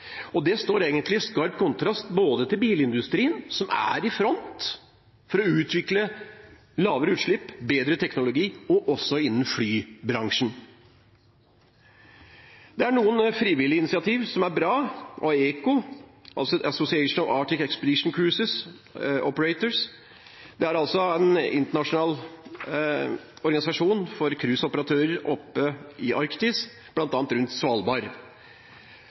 Det står egentlig i skarp kontrast både til bilindustrien, som er i front for å utvikle lavere utslipp og bedre teknologi, og til flybransjen. Det er noen frivillige initiativer som er bra. AECO, Association of Arctic Expedition Cruise Operators, er en internasjonal organisasjon for cruiseoperatører oppe i Arktis, bl.a. rundt Svalbard.